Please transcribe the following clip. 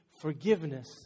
forgiveness